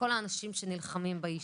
לכל האנשים שנלחמים בעישון,